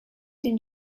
den